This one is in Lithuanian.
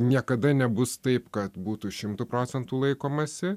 niekada nebus taip kad būtų šimtu procentų laikomasi